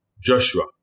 Joshua